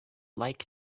like